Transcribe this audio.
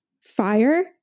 fire